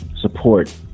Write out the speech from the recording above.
support